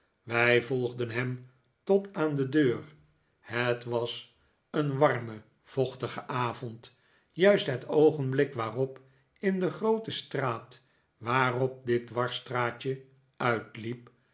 wij volgden hem tot aan de deur het was een warme vochtige avond juist het oogenblik waarop in de groote straat waarop dit dwarsstraatje uitliep